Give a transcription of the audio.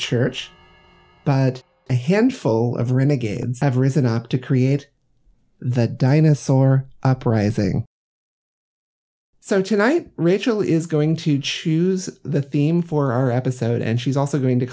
church but a handful of renegades have risen up to create the dinosaur uprising so tonight rachel is going to choose the theme for our episode and she's also going to